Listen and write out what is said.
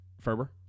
Ferber